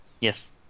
Yes